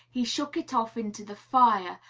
he shook it off into the fire,